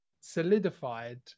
Solidified